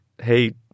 hey